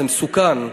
זה מסוכן.